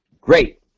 great